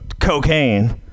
cocaine